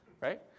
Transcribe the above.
right